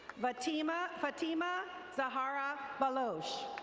fatima fatima zahara baloush.